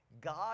God